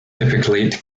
typically